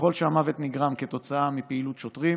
ככל שהמוות נגרם כתוצאה מפעילות שוטרים